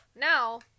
Now